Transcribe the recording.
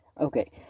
Okay